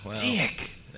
Dick